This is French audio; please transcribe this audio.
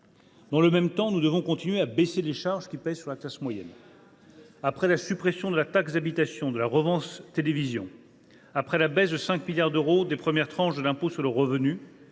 Dans le même temps, nous devons continuer à baisser les charges qui pèsent sur la classe moyenne. Après la suppression de la taxe d’habitation et de la redevance télévision, après la baisse de 5 milliards d’euros des premières tranches de l’impôt sur le revenu,